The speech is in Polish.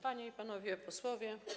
Panie i Panowie Posłowie!